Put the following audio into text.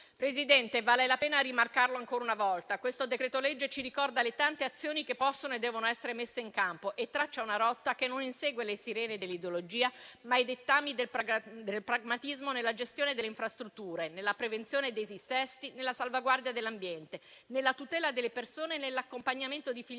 Presidente, vale la pena rimarcarlo ancora una volta: questo decreto-legge ci ricorda le tante azioni che possono e devono essere messe in campo e traccia una rotta che insegue non le sirene dell'ideologia, ma i dettami del pragmatismo nella gestione delle infrastrutture, nella prevenzione dei dissesti, nella salvaguardia dell'ambiente, nella tutela delle persone e nell'accompagnamento di filiere